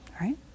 right